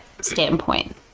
standpoint